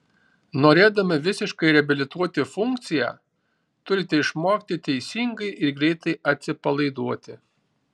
norėdami visiškai reabilituoti funkciją turite išmokti teisingai ir greitai atsipalaiduoti